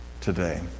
today